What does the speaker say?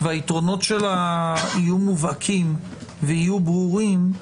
והיתרונות שלה יהיו מובהקים ויהיו ברורים,